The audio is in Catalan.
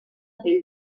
pell